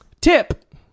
Tip